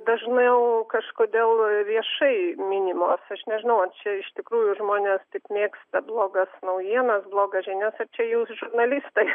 dažniau kažkodėl viešai minimos aš nežinau ar čia iš tikrųjų žmonės taip mėgsta blogas naujienas blogas žinias ar čia jūs žurnalistai